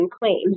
claims